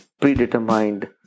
predetermined